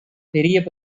பெரிய